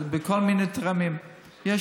בכל מיני טרמים יש